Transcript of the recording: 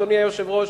אדוני היושב-ראש,